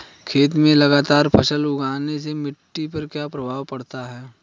खेत में लगातार फसल उगाने से मिट्टी पर क्या प्रभाव पड़ता है?